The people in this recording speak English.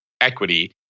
equity